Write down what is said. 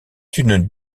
une